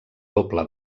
doble